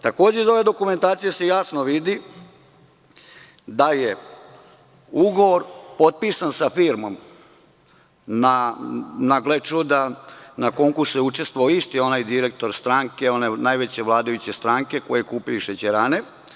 Takođe, iz ove dokumentacije se jasno vidi da je ugovor potpisan sa firmom, a gle čuda, na konkursu je učestvovao isti onaj direktor stranke, one najveće vladajuće stranke, koji je kupio i šećerane.